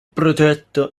progetto